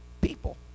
people